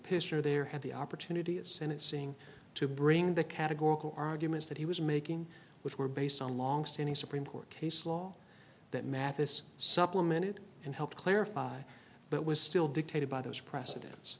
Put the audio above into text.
pisser there had the opportunity as senate seeing to bring the categorical arguments that he was making which were based on long standing supreme court case law that mathis supplemented and helped clarify but was still dictated by those preceden